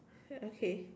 okay